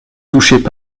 touchaient